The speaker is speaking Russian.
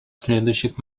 следующих